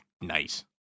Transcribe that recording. nice